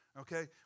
okay